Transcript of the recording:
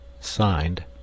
Signed